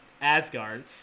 Asgard